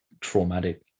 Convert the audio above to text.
traumatic